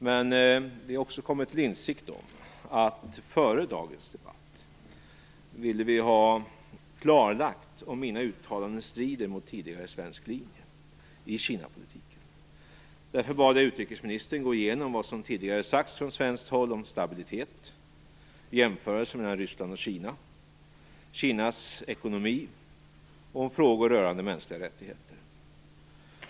Men vi har också kommit till insikt om att vi före dagens debatt ville ha klarlagt om mina uttalanden strider mot tidigare svensk linje i Kinapolitiken. Därför bad jag utrikesministern att gå igenom vad som tidigare sagts från svenskt håll om stabilitet i jämförelse mellan Ryssland och Kina, Kinas ekonomi och om frågor rörande mänskliga rättigheter.